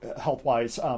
health-wise